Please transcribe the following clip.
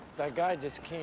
that guy just